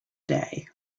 day